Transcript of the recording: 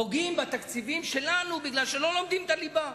פוגעים בתקציבים שלנו כי לא לומדים את הליבה.